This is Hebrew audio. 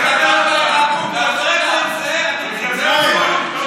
ואחרי כל זה אתם תצעקו שבגלל זה הוא בא.